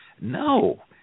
No